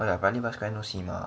oh yeah paya lebar square no cinema